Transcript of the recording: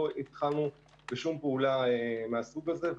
לא התחלנו בשום פעולה מהסוג הזה,